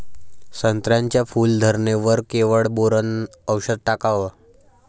संत्र्याच्या फूल धरणे वर केवढं बोरोंन औषध टाकावं?